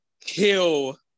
kill